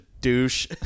douche